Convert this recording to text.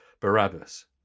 Barabbas